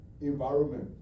environment